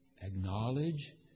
acknowledge